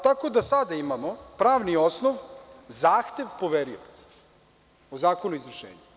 Tako da sada imamo pravni osnov - zahtev poverioca u Zakonu po izvršenju.